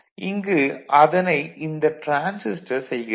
இங்கு அதனை இந்த டிரான்சிஸ்டர் செய்கிறது